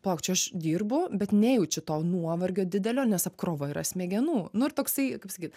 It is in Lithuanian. palauk čia aš dirbu bet nejaučiu to nuovargio didelio nes apkrova yra smegenų nu ir toksai kaip sakyt